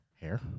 Hair